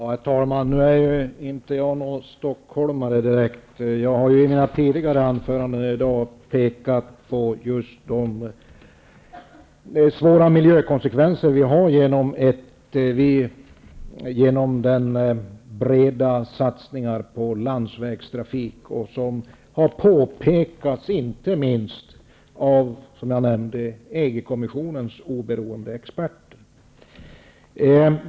Herr talman! Jag är inte direkt stockholmare. Jag har i mina tidigare anföranden pekat på de svåra miljökonsekvenser som uppstår vid stora satsningar på landsvägstrafik. Detta har påpekats av inte minst EG-kommissionens oberoende experter.